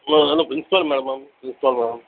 hello hello principal மேடமா principal madam